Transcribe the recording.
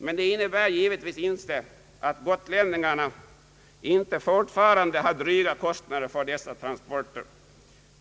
Men de innebär givetvis inte att gotlänningarna inte fortfarande har dryga kostnader för dessa transporter.